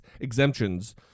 exemptions